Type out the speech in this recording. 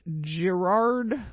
Gerard